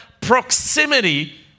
proximity